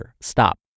stop